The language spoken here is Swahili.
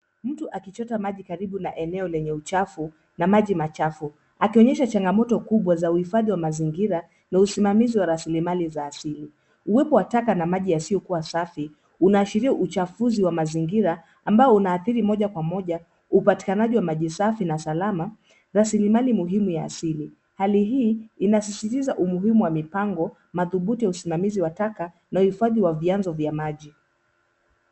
Mtu akichota maji karibu na eneo lenye uchafu na maji machafu, akionyesha changamoto kubwa za uhifadhi wa mazingira na usimamizi wa rasilimali za asili. Uwepo wa taka na maji yasiyokuwa safi unaashiria uchafuzi wa mazingira ambao unaathiri moja kwa moja upatikanaji wa maji safi na salama, rasilimali muhimu ya asili. Hali hii inasisitiza umuhimu wa mipango madhubuti wa usimamizi wa taka na uhifadhi wa vianzo vya maji.